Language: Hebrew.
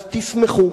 אז תשמחו.